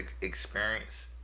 experience